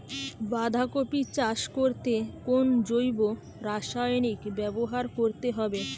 বাঁধাকপি চাষ করতে কোন জৈব রাসায়নিক ব্যবহার করতে হবে?